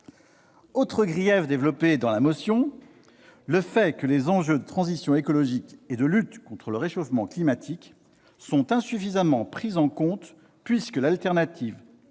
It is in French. Autre grief dans la motion : les enjeux de transition écologique et de lutte contre le réchauffement climatique sont insuffisamment pris en compte, puisque l'alternative